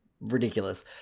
ridiculous